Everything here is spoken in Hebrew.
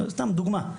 סתם דוגמא,